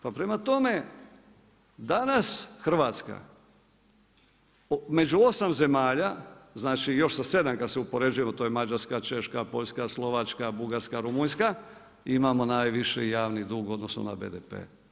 Pa prema tome, danas Hrvatska među 8 zemalja, znači još sa 7 kada se uspoređujemo, to je Mađarska, Češka, Poljska, Slovačka, Bugarska, Rumunjska imamo najviši javni dug u odnosu na BDP.